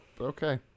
okay